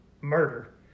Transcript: murder